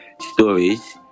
stories